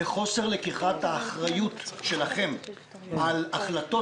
וחוסר לקיחת האחריות שלכם על החלטות